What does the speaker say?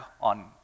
on